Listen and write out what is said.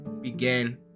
began